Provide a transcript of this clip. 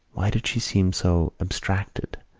why did she seem so abstracted?